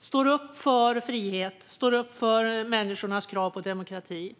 står upp för frihet och människornas krav på demokrati.